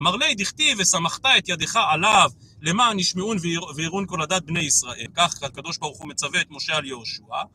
״אמר ליה, דכתיב ׳וסמכת את ידך עליו למען ישמעון ויראון כל עדת בני ישראל׳״ כך הקדוש ברוך הוא מצווה את משה על יהושע